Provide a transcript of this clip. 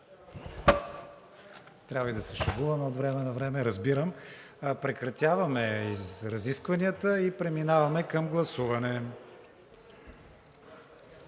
Трябва и да се шегуваме от време на време, разбирам. Прекратяваме разискванията и преминаваме към гласуване.